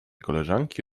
koleżanki